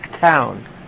town